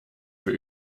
für